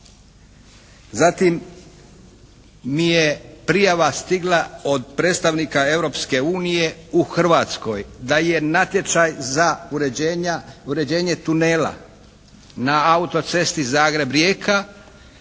Zatim mi je prijava stigla od predstavnika Europske unije u Hrvatskoj da je natječaj za uređenje tunela na auto-cesti Zagreb-Rijeka